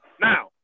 Now